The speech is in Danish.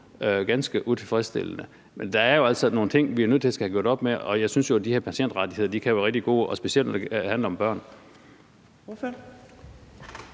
ganske utilfredsstillende. Men der er jo altså nogle ting, som vi er nødt til at få gjort op med. Og jeg synes jo, at de her patientrettigheder kan være ganske gode, specielt når det handler om børn.